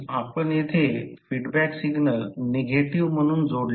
06 म्हणून आपण येथे फीडबॅक सिग्नल निगेटिव्ह म्हणून जोडले आहे